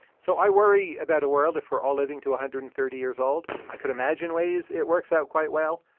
so i worry about a world if we're all living to one hundred and thirty years old. i could imagine ways it works out quite well.